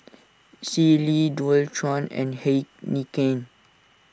Sealy Dualtron and Heinekein